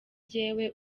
jyewe